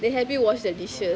they help you wash the dishes